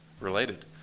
related